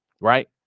right